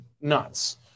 nuts